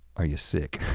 are you sick?